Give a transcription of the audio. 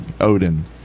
Odin